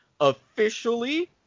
officially